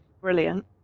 brilliant